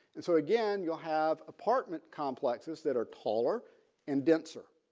and so again you'll have apartment complexes that are taller and denser.